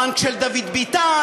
הבנק של דוד ביטן,